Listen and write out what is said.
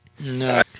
No